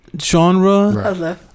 genre